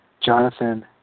Jonathan